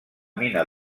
mina